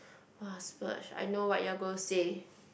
!wah! splurge I know what you are gonna say